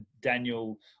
Daniel